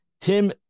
Tim